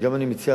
וגם אני מציע,